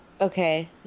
Okay